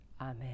Amen